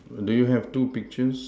do you have two pictures